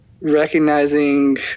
recognizing